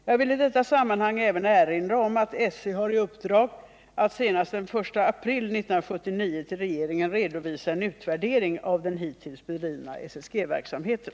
Jag vill i detta sammanhang även erinra om att SÖ har i uppdrag att senast den 1 april 1979 till regeringen redovisa en utvärdering av den hittills bedrivna SSG-verksamheten.